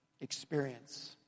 experience